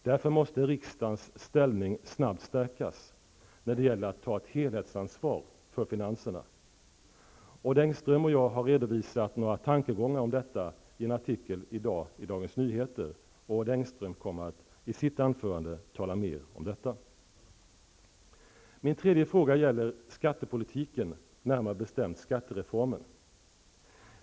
Därför måste riksdagens ställning snabbt stärkas när det gäller att ta ett helhetsansvar för finanserna. Odd Engström och jag har redovisat några tankegångar om detta i en artikel i dag i Dagens Nyheter. Odd Engström kommer i sitt anförande att tala mer om det. Min tredje fråga gäller skattepolitiken, närmare bestämt skattereformen.